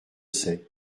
sait